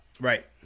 Right